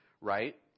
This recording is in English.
right